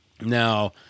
Now